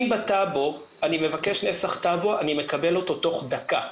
אם בטאבו אני מבקש נסח טאבו אני מקבל אותו תוך דקה.